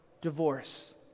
divorce